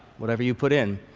whatever you put in.